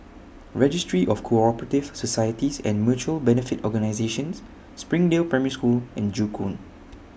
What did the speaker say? Registry of Cooperative Societies and Mutual Benefit Organisations Springdale Primary School and Joo Koon